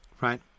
right